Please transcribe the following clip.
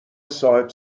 صاحب